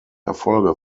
erfolge